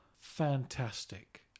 fantastic